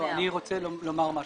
ברשותך, אני רוצה לומר משהו.